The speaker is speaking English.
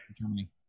Germany